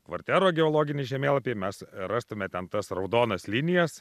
kvartero geologinį žemėlapį mes rastume ten tas raudonas linijas